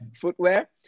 footwear